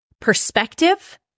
perspective